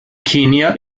kenia